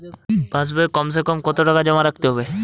পাশ বইয়ে কমসেকম কত টাকা জমা রাখতে হবে?